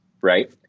right